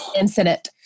incident